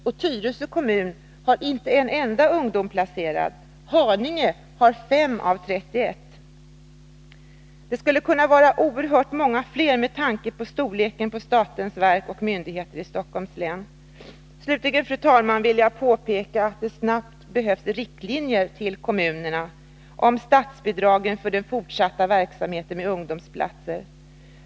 I Tyresö kommun är inte en enda ungdom placerad på statlig arbetsplats, och i Haninge är det 5 av 31. Det skulle kunna vara oerhört många fler med tanke på storleken på statens verk och myndigheter i Stockholms län. Slutligen, fru talman, vill jag påpeka att det snabbt behövs riktlinjer till kommunerna om statsbidrag för den fortsatta verksamheten med ungdomsplatser.